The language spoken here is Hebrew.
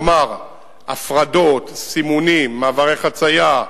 כלומר הפרדות, סימונים, מעברי חצייה,